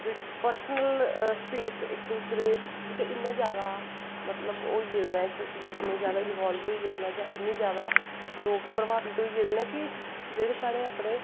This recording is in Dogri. जेह्ड़ी पर्सनल स्पेस इक दूसरे बिच्च इन्ना जादा मतलव इन्ने जादा इस चीज़ च होई गेदे नै इंवाल्व होई गेदे नै जां इन्ने जादा लोग प्रभावित होई गेदे नै कि जेह्ड़े साढ़े अपने